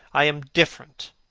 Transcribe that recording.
i am different,